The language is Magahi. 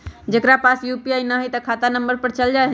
जेकरा पास यू.पी.आई न है त खाता नं पर चल जाह ई?